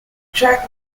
track